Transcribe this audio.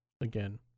again